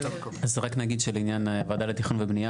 אז רק נגיד שלעניין ועדה לתכנון ובנייה